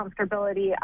comfortability